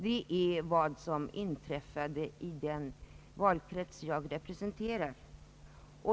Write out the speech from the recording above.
Det är vad som har inträffat i den valkrets jag representerar.